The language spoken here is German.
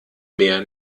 mehr